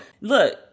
Look